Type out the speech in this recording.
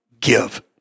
give